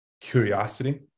curiosity